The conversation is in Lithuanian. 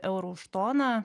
eurų už toną